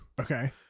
Okay